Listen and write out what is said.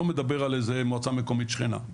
לא מדבר על איזו מועצה מקומית שכנה,